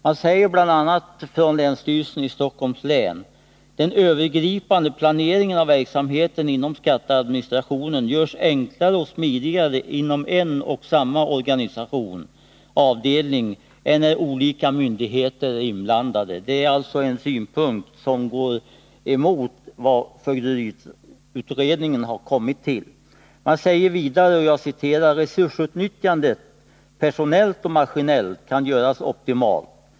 Länsstyrelsen i Stockholms län säger bl.a.: ”Den övergripande planeringen av verksamheten inom skatteadministrationen görs enklare och smidigare inom en och samma organisation än när olika myndigheter är inblandade.” Det är alltså en synpunkt som går emot vad fögderiutredningen har kommit fram till. Vidare heter det: ”Resursutnyttjandet kan göras optimalt.